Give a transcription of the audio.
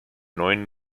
neun